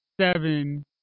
seven